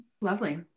Lovely